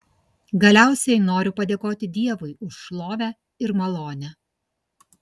galiausiai noriu padėkoti dievui už šlovę ir malonę